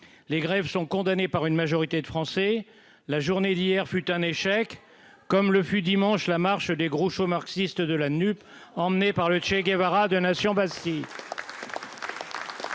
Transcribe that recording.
les grèves sont condamnés par une majorité de Français, la journée d'hier fut un échec comme le fut dimanche la marche des gros shows marxiste de la Nupes, emmenée par le Che Guevara de Nation, Bastille.